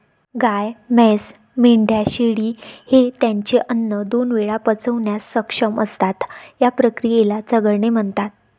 गाय, म्हैस, मेंढ्या, शेळी हे त्यांचे अन्न दोन वेळा पचवण्यास सक्षम असतात, या क्रियेला चघळणे म्हणतात